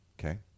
Okay